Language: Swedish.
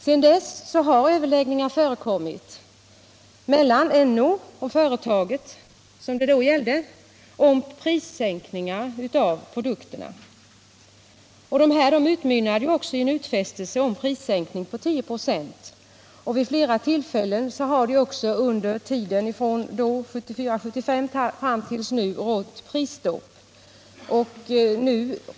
Sedan dess har överläggningar förekommit mellan NO och det företag som det då gällde om sänkningar av priset på produkterna. Överläggningarna utmynnade också i en utfästelse om prissänkning med 10 96. Vid flera tillfällen har det under tiden från 1974 fram till nu även rått prisstopp.